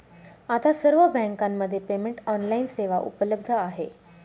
आता सर्व बँकांमध्ये पेमेंट ऑनलाइन सेवा उपलब्ध आहे